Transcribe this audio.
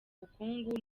bukungu